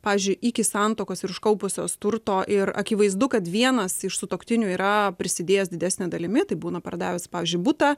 pavyzdžiui iki santuokos ir užkopusios turto ir akivaizdu kad vienas iš sutuoktinių yra prisidėjęs didesne dalimi tai būna pardavęs pavyzdžiui butą